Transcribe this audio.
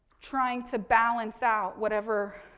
trying to balance out whatever,